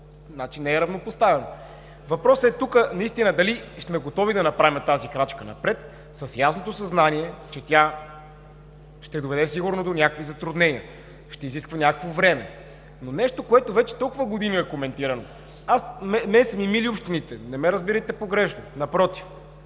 значи не е равнопоставено. Въпросът тук наистина е: дали сме готови да направим тази крачка напред с ясното съзнание че тя ще доведе сигурно до някакво затруднения, ще изисква някакво време, но нещо, което вече толкова години е коментирано, на мен са ми мили общините, не ме разбирайте погрешно, напротив,